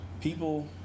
People